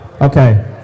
Okay